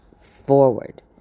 Forward